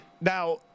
Now